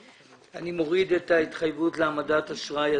אני מוריד את ההתחייבות להעמדת אשראי עתידי.